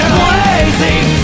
blazing